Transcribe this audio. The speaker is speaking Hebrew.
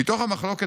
"מתוך המחלוקות,